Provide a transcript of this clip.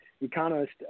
economist